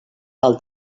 del